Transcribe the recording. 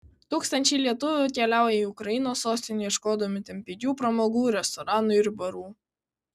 tūkstančiai lietuvių keliaują į ukrainos sostinę ieškodami ten pigių pramogų restoranų ir barų